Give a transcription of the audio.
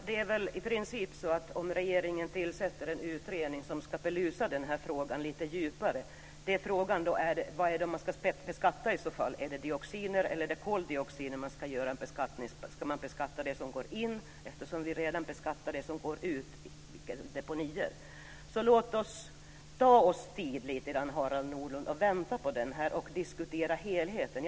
Herr talman! Regeringen har tillsatt en utredning som ska belysa denna fråga lite djupare. Frågan är vad som ska beskattas, dioxinerna eller koldioxiden. Ska man alltså beskatta det som går in eller det som kommer ut i form av deponier? Låt oss vänta lite, Harald Nordlund, och diskutera helheten.